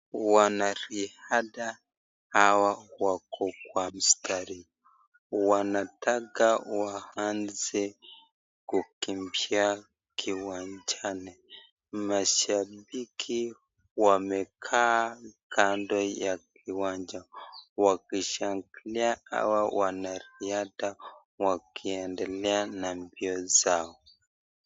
Wanaridha hawa wako wa mstari. Wanataka waanze kukimbia kiwanjani. Mashabiki wamekaa kando ya kiwanja wakishangilia hawa wanariadha wakiendelea na mbio zao.